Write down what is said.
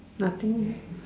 nothing